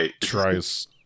tries